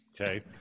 Okay